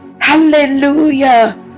Hallelujah